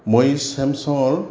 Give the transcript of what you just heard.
মই চেমচাঙৰ